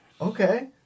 Okay